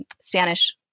Spanish